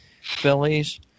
Phillies